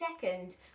second